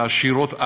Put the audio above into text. "העשירות",